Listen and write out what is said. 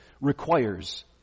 requires